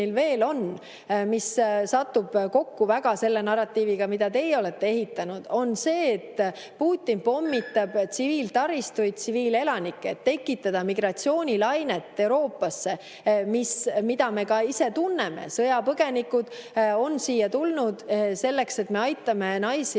väga kokku selle narratiiviga, mida teie olete ehitanud, on see, et Putin pommitab tsiviiltaristuid, tsiviilelanikke, et tekitada migratsioonilainet Euroopasse, mida me ka tunneme. Sõjapõgenikud on siia tulnud selleks, et me aitame naisi